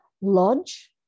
lodge